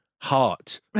heart